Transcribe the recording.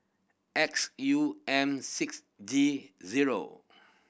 X U M six G zero